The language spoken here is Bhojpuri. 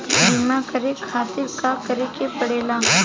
बीमा करे खातिर का करे के पड़ेला?